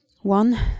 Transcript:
one